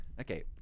Okay